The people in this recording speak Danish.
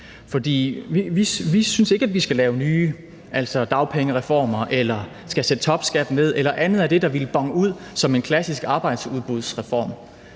Vi synes ikke, vi skal lave nye dagpengereformer eller skal sætte topskatten ned eller andet af det, der ville bone ud som en klassisk arbejdsudbudsreform.